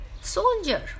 soldier